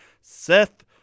Seth